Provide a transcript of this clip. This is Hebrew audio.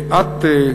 את,